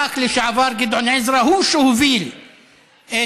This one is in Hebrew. הח"כ לשעבר גדעון עזרא הוא שהוביל את